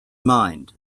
mind